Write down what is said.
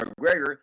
McGregor